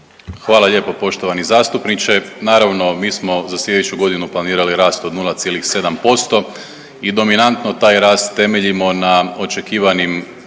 Hvala lijepo poštovani zastupniče. Naravno mi smo za sljedeću godinu planirali rast od 0,7% i dominantno taj rast temeljimo na očekivanim